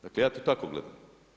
Dakle, ja to tako gledam.